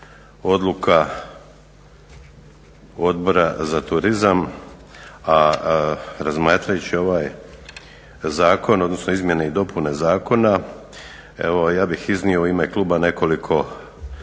odluka Odbora za turizam, a razmatrajući ove izmjene i dopune zakona evo ja bih iznio u ime kluba nekoliko